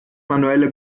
manuelle